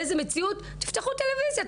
באיזו מציאות תפתחו טלוויזיה,